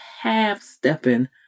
half-stepping